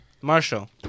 Marshall